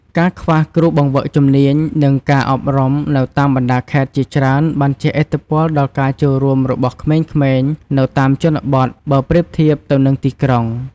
ការខ្វះគ្រូបង្វឹកជំនាញ និងការអប់រំនៅតាមបណ្ដាខេត្តជាច្រើនបានជះឥទ្ធិពលដល់ការចូលរួមរបស់ក្មេងៗនៅតាមជនបទ បើប្រៀបធៀបទៅនឹងទីក្រុង។